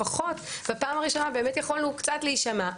לפחות בפעם הראשונה יכולנו קצת להישמע.